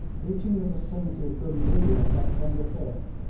reaching the vicinity of ghuznee on september fifth,